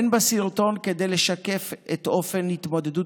אין בסרטון כדי לשקף את אופן התמודדות